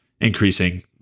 increasing